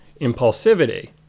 impulsivity